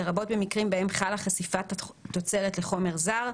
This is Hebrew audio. לרבות במקרים בהם חלה חשיפת התוצרת לחומר זר,